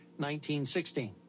1916